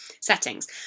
settings